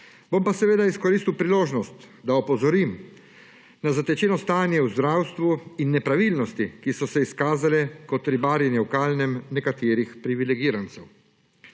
Bom pa seveda izkoristil priložnost, da opozorim na zatečeno stanje v zdravstvu in nepravilnosti, ki so se izkazale kot ribarjenje v kalnem nekaterih privilegirancev.